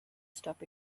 stop